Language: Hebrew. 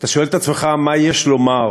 שאתה שואל את עצמך מה יש לומר,